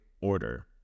order